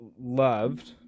loved